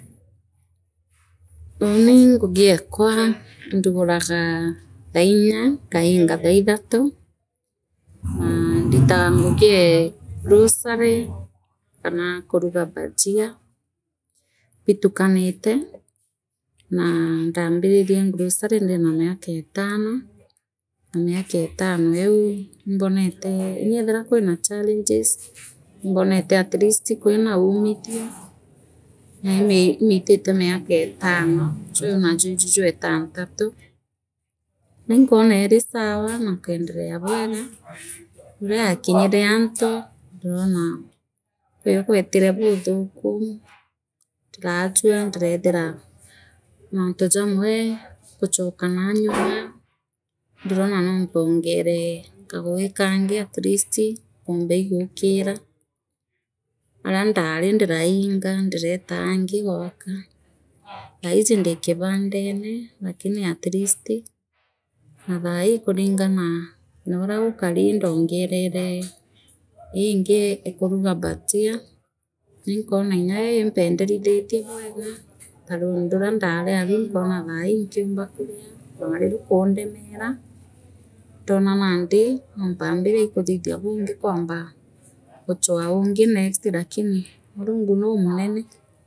Uunii ngugiekwa nduraga thaunya nkaingaa thaaithathi na ndiitaga ngugi ee groony kana kuruga bhajia biitukanite naa ndaambiririe groary ndira miakutano mlaketano au iimboneta nyeethira kwira challenges imbonete atleast kwira uumithio na imi imitate mekatano jwi nandi ijajweetantatu nalikwoneeri sawa nankeendee lea bwega kwirio yaakinyire antu ndirooria kwio bwetiru buuthuu ndiraajua ndireethira mantu jamwe ngachooka naa nyuma ndiroona noo mpongeene kagungi kaangi atleast mpumbe li guukira aria ndari ndirainga ndireeta aangi gwaka thaiyi ndi kibabdene lakini atleast na thaii kuringana noo uria gukae indoongenare ngugi ingi en kuruga bhajia nainkwora nyayo impondereithitie bwega na loan ruria ndari aru inkwona thaii nkiumbe kuria rwari rukuundemera ndoora nandi noompambire ikathiria buungi kwamba guchwa uungi next lakini murungu nuumunone.